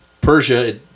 Persia